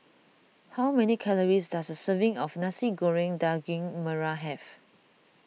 how many calories does a serving of Nasi Goreng Daging Merah have